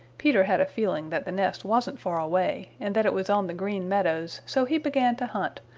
peter had a feeling that the nest wasn't far away and that it was on the green meadows, so he began to hunt,